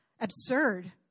absurd